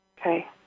Okay